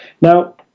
Now